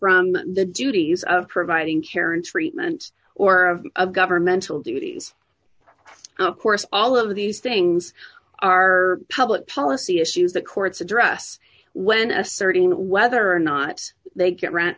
from the duties of providing parents freedman's or of governmental duties now of course all of these things are public policy issues the courts address when asserting whether or not they can grant